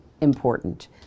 important